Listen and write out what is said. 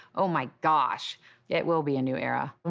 oh my gosh it will be a new era.